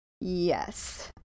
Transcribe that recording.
Yes